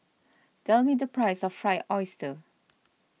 tell me the price of Fried Oyster